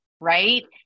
right